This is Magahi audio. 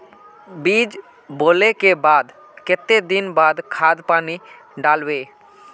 बीज बोले के बाद केते दिन बाद खाद पानी दाल वे?